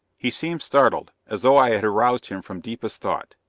he seemed startled, as though i had aroused him from deepest thought.